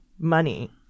money